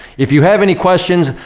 if you have any questions,